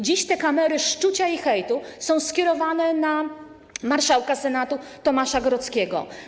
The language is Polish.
Dziś te kamery szczucia i hejtu są skierowane na marszałka Senatu Tomasza Grodzkiego.